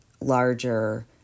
larger